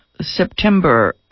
September